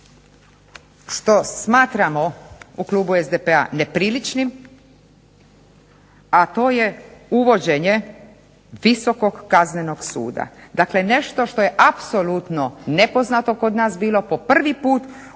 što smatramo u klubu SDP-a nepriličnim, a to je uvođenje visokog kaznenog suda. Dakle, nešto što je apsolutno nepoznato bilo kod nas po prvi puta u naše